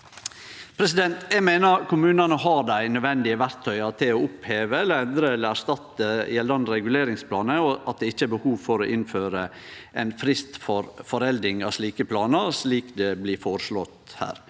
Eg meiner kommunane har dei nødvendige verktøya for å oppheve, endre eller erstatte gjeldande reguleringsplanar, og at det ikkje er behov for å innføre ein frist for forelding av slike planar, slik det blir føreslått her.